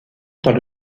dans